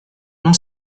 non